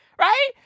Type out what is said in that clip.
Right